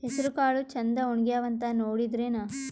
ಹೆಸರಕಾಳು ಛಂದ ಒಣಗ್ಯಾವಂತ ನೋಡಿದ್ರೆನ?